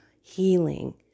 healing